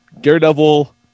Daredevil